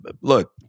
look